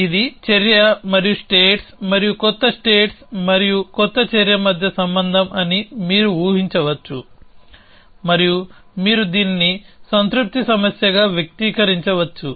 ఇది చర్య మరియు స్టేట్స్ మరియు కొత్త స్టేట్స్ మరియు కొత్త చర్య మధ్య సంబంధం అని మీరు ఊహించవచ్చు మరియు మీరు దీనిని సంతృప్తి సమస్యగా వ్యక్తీకరించవచ్చు